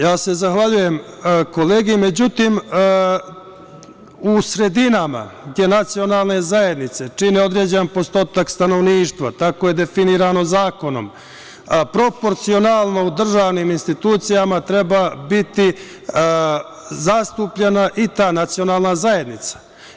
Ja se zahvaljujem kolegi, međutim u sredinama gde nacionalne zajednice čine određene postotak stanovništva, tako je definisano zakonom, proporcionalno u državnim institucijama treba biti zastupljena i ta nacionalna zajednica.